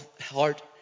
heart